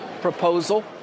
proposal